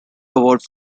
award